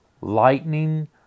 lightning